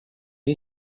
you